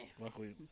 Luckily